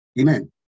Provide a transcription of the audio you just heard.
Amen